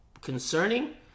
concerning